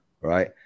right